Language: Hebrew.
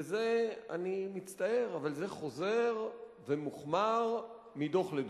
וזה, אני מצטער, אבל זה חוזר, זה מוחמר מדוח לדוח.